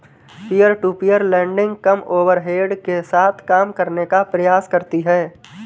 peer to peer lending कम overhead के साथ काम करने का प्रयास करती हैं